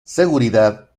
seguridad